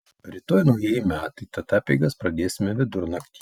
rytoj naujieji metai tad apeigas pradėsime vidurnaktį